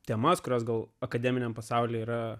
temas kurios gal akademiniam pasauliui yra